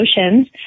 oceans